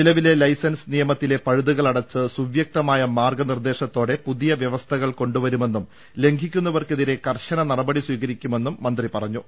നിലവിലെ ലൈസൻസ് നിയമ ത്തിലെ പഴുതുക്ളടച്ച് സുവ്യക്തമായ മാർഗ്ഗനിർദേശത്തോടെ പുതിയ വ്യവസ്ഥകൾ കൊണ്ടുവരുമെന്നും ലംഘിക്കുന്നവർക്കെ തിരെ കർശ്നു നട്പടി സ്വീകരിക്കുമെന്നും മന്ത്രി പറഞ്ഞു